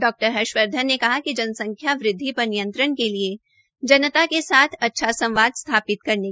डॉ हर्षवर्धन ने कहा कि जनसंख्या वृद्वि पर नियंत्रण के लिये जनता के साथ अच्छा संवाद स्थापित करने की अवश्यकता है